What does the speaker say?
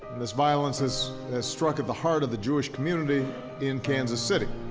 this violence has has struck at the heart of the jewish community in kansas city.